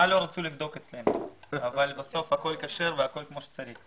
מה רצו לבדוק אצלנו אבל בסוף הכול כשר והכול כמו שצריך.